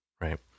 right